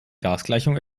gasgleichung